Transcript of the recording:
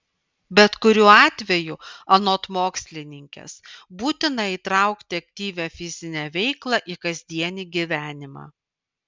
bet kuriuo atveju anot mokslininkės būtina įtraukti aktyvią fizinę veiklą į kasdienį gyvenimą